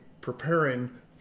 preparing